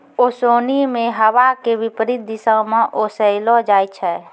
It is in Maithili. ओसोनि मे हवा के विपरीत दिशा म ओसैलो जाय छै